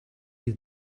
your